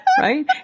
Right